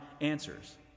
answers